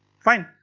fine.